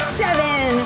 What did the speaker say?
seven